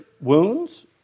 wounds